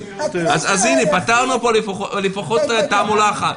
אז הנה, פתרנו לפחות תעלומה אחת.